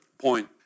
point